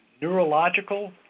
neurological